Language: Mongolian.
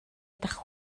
дахь